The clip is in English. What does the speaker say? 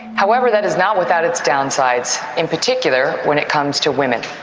however, that is not without its downsides, in particular when it comes to women.